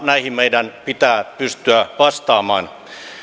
näihin meidän pitää pystyä vastaamaan